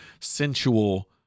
sensual